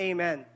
Amen